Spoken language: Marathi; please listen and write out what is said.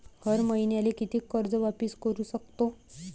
हर मईन्याले कितीक कर्ज वापिस करू सकतो?